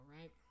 right